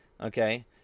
Okay